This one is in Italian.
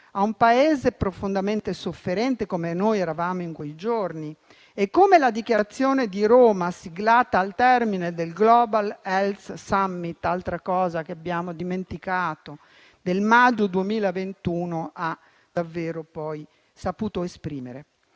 a un Paese profondamente sofferente come il nostro era in quei giorni. Così come la dichiarazione di Roma siglata al termine del Global health summit - altra cosa che abbiamo dimenticato - del maggio 2021 ha davvero saputo esprimere.